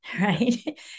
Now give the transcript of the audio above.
Right